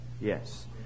Yes